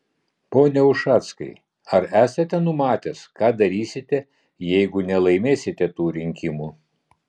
pone ušackai ar esate numatęs ką darysite jeigu nelaimėsite tų rinkimų